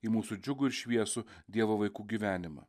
į mūsų džiugų ir šviesų dievo vaikų gyvenimą